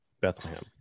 Bethlehem